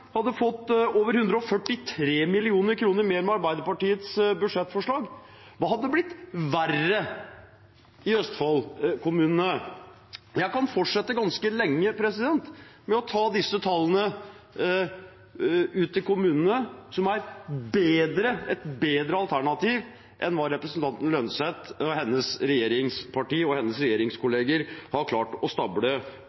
hadde fått over 143 mill. kr mer med Arbeiderpartiets budsjettforslag, hva hadde blitt verre i Østfold-kommunene? Jeg kan fortsette ganske lenge med å ta disse tallene for kommunene som er et bedre alternativ enn hva representanten Holm Lønseth, hennes regjeringsparti og hennes